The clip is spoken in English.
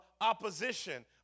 opposition